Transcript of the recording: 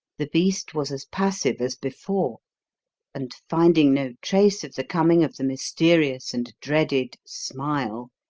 the beast was as passive as before and, finding no trace of the coming of the mysterious and dreaded smile,